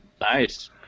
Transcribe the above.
Nice